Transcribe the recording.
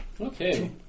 Okay